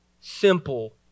simple